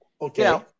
Okay